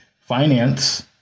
finance